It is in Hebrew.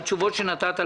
התשובות שנתת,